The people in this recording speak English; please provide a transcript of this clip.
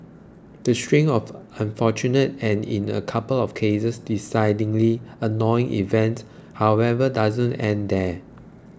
the string of unfortunate and in a couple of cases decidingly annoying events however doesn't end there